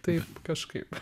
tai kažkaip